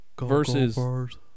versus